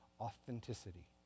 authenticity